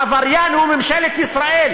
העבריין הוא ממשלת ישראל,